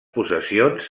possessions